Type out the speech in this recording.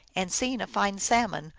and, seeing a fine salmon,